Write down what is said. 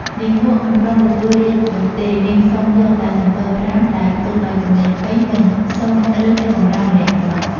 នាងនក់មិនព្រមទទួលរាជ្យនោះទេ នាងសុំយកតែសំពៅ ៥ ដែលផ្ទុកដោយ ទំនិញពេញ និងសុំរើសអ្នកបម្រើម្នាក់ប៉ុណ្ណោះ ។